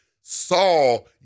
Saul